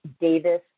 Davis